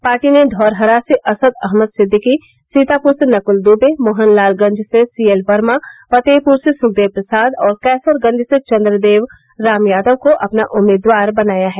party ने धौरहरा से असद अहमद सिददीकी सीतापुर से नकल द्वे मोहनलालगंज से सीएल वर्मा फतेहपुर से सुखदेव प्रसाद और कैसरगंज से चन्द्रदेव राम यादव को अपना उम्मीदवार बनाया है